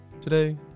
Today